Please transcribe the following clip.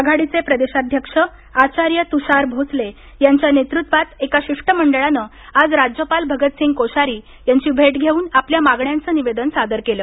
आघाडीचे प्रदेशाध्यक्ष आचार्य तुषार भोसले यांच्या नेतृत्चात एका शिष्टमंडळानं आज राज्यपाल भगतसिंग कोश्यारी यांची भेट घेऊन आपल्या मागण्यांचं निवेदन सादर केलं